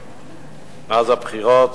מאז הבחירות,